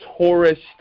tourist